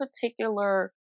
particular